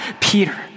Peter